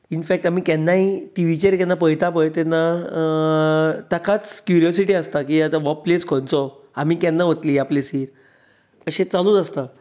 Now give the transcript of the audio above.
in fact आमी केन्नाय टी वीचेर केन्नाय पळयता पळय तेन्ना ताकाच क्युरोसिटी आसता की हो आतां प्लेस खंयचो आमी केन्ना वतली ह्या प्लेसीर अशें चालूच आसता